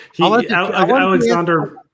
Alexander